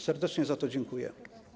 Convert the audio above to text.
Serdecznie za to dziękuję.